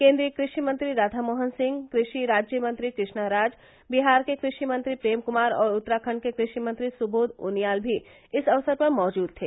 केन्द्रीय कृषि मंत्री राघा मोहन सिंह कृषि राज्यमंत्री कृष्णा राज बिहार के कृषि मंत्री प्रेम कुमार और उत्तराखंड के कृषि मंत्री सुबोघ उनियाल भी इस अवसर पर मौजूद थे